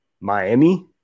Miami